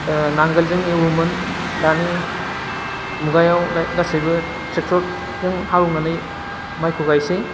नांगोलजों एवोमोन दानि मुगायाव गासैबो ट्रेक्ट'रजों हालेवनानै माइखौ गायोसै